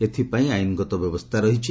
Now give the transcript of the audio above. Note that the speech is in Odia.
ଏଥିପାଇଁ ଆଇନ୍ଗତ ବ୍ୟବସ୍ଥା ରହିଛି